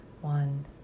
one